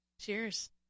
cheers